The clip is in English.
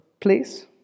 please